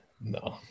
no